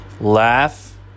laugh